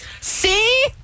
See